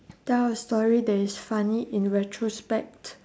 tell a story that is funny in retrospect